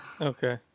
Okay